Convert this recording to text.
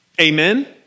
Amen